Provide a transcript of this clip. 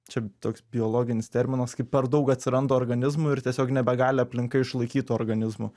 čia toks biologinis terminas kaip per daug atsiranda organizmų ir tiesiog nebegali aplinka išlaikyt tų organizmų